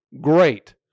Great